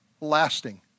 lasting